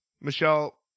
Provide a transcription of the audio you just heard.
Michelle